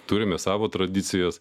turime savo tradicijas